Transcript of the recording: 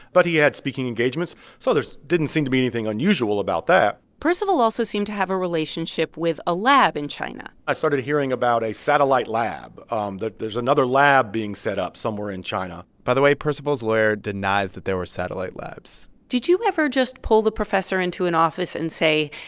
but he had speaking engagements. so there didn't seem to be anything unusual about that percival also seemed to have a relationship with a lab in china i started hearing about a satellite lab um that there's another lab being set up somewhere in china by the way, percival's lawyer denies that there were satellite labs did you ever just pull the professor into an office and say,